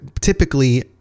typically